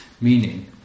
meaning